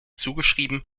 zugeschrieben